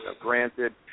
granted